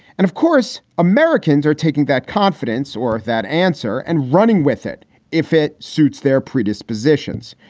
and of course, americans are taking that confidence or that answer and running with it if it suits their predispositions.